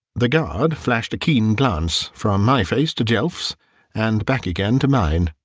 the guard flashed a keen glance from my face to jelf's and back again to mine.